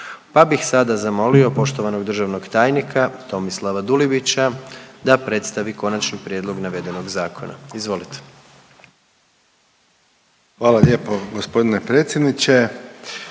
pa bih sada zamolio poštovanog državnog tajnika Tomislava Dulibića da predstavi konačni prijedlog navedenog zakona. Izvolite. **Dulibić, Tomislav (HDZ)** Hvala lijepo gospodine predsjedniče.